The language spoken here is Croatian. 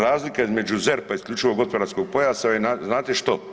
Razlika između ZERP-a i isključivog gospodarskog pojasa je znate što?